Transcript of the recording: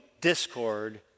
discord